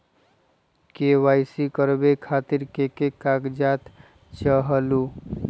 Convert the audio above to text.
KYC करवे खातीर के के कागजात चाहलु?